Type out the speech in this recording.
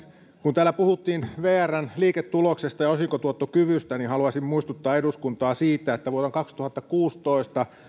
kun täällä puhuttiin vrn liiketuloksesta ja osinkotuottokyvystä niin haluaisin muistuttaa eduskuntaa siitä että vuonna kaksituhattakuusitoista